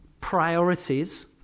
priorities